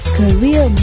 career